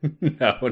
No